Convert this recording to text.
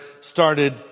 started